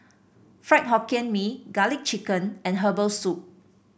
Fried Hokkien Mee garlic chicken and Herbal Soup